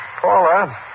Paula